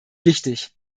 wichtig